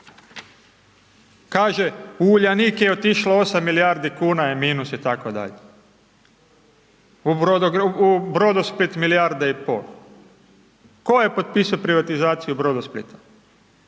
Kaže, u Uljanik je otišlo 8 milijardi kuna je minus itd. U Brodosplit milijarda i pol. Tko je potpisao privatizaciju Brodosplita?